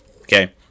okay